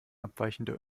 abweichende